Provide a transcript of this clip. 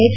H